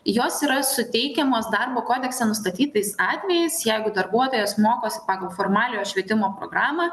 jos yra suteikiamos darbo kodekse nustatytais atvejais jeigu darbuotojas mokosi pagal formaliojo švietimo programą